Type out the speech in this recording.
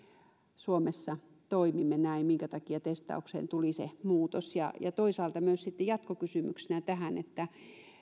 suomessa toimimme näin minkä takia testaukseen tuli se muutos toisaalta myös sitten jatkokysymyksenä tähän